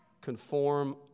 Conform